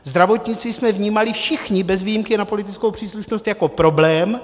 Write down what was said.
Zdravotnictví jsme vnímali všichni bez ohledu na politickou příslušnost jako problém.